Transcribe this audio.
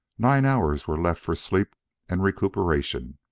nine hours were left for sleep and recuperation,